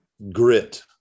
grit